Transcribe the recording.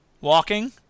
Walking